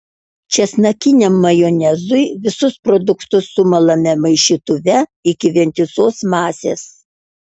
česnakiniam majonezui visus produktus sumalame maišytuve iki vientisos masės